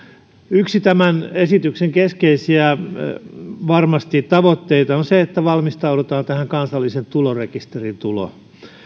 yksi tämän esityksen keskeisiä tavoitteita on se että valmistaudutaan kansallisen tulorekisterin tuloon